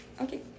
okay